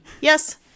Yes